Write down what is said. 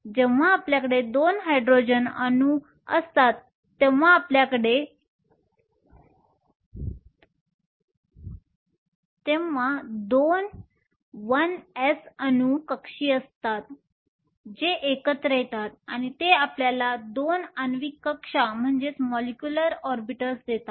जेव्हा आपल्याकडे दोन हायड्रोजन अणू असतात तेव्हा आपल्याकडे 2 1s अणू कक्षीय असतात जे एकत्र येतात आणि ते आपल्याला दोन आण्विक कक्षा मॉलिक्युलर ऑरबिटल्स देतात